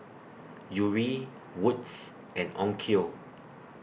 Yuri Wood's and Onkyo